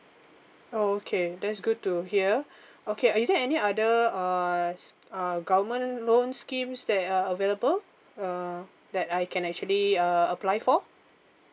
oh okay that's good to hear okay uh is there any other uh uh government loan schemes that are available uh that I can actually uh apply for